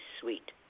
sweet